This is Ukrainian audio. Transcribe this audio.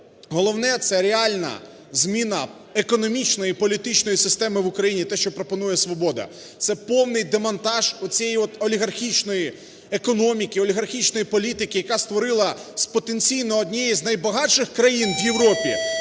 головне – це реальна зміна економічної, політичної системи в Україні. Те, що пропонує "Свобода", це повний демонтаж цієї олігархічної економіки, олігархічної політики, яка створила потенційно однієї з найбагатших країн в Європі